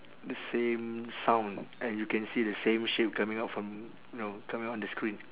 the same sound and you can see the same shape coming out from know coming out on the screen